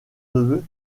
neveu